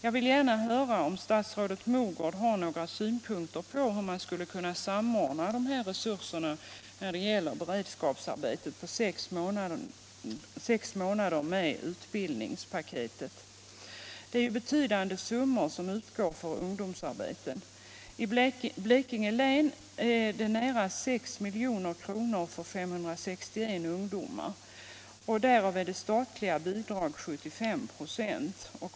Jag undrar om statsrådet Mogård har några synpunkter på frågan hur man skulle kunna samordna de beredskapsarbeten som ungdomar kan erhålla i sex månader med utbildningspaketet. Det är ju betydande summor som utgår för ungdomsarbete, i Blekinge län nära 6 miljoner för 561 ungdomar. Därav är det statliga bidraget 75 96.